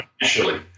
Initially